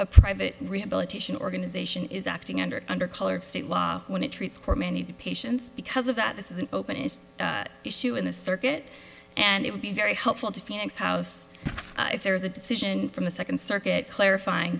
a private rehabilitation organization is acting under under color of state law when it treats for many patients because of that this is an open issue in the circuit and it would be very helpful to phoenix house if there is a decision from the second circuit clarifying